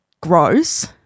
gross